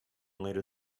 later